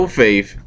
faith